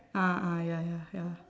ah ah ya ya ya